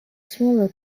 smaller